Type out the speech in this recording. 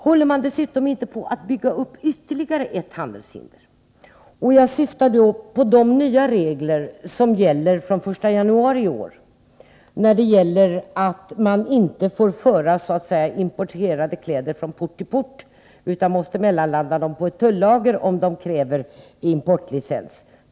Håller man dessutom inte på att bygga upp ytterligare ett handelshinder? Jag syftar då på de nya regler som gäller från den 1 januari i år — att man inte får föra importerade kläder så att säga från port till port utan måste mellanlanda dem på ett tullager om de kräver importlicens.